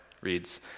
reads